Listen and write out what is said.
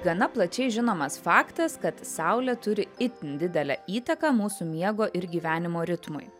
gana plačiai žinomas faktas kad saulė turi itin didelę įtaką mūsų miego ir gyvenimo ritmui